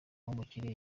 w’umukire